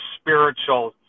spiritual